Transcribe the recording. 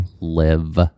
live